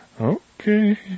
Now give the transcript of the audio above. Okay